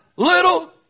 Little